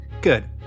good